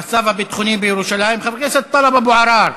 המצב הביטחוני בירושלים, מס' 3750,